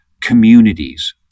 communities